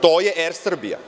To je „ER Srbija“